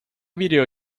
video